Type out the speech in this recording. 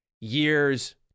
years